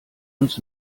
uns